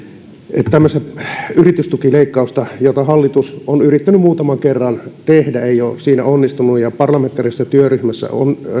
että tämmöisessä yritystukileikkauksessa jota hallitus on yrittänyt muutaman kerran tehdä se ei ole onnistunut parlamentaarisessa työryhmässä